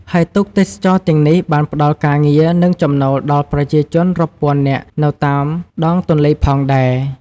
ហើយទូកទេសចរណ៍ទាំងនេះបានផ្តល់ការងារ និងចំណូលដល់ប្រជាជនរាប់ពាន់នាក់នៅតាមដងទន្លេផងដែរ។